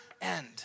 end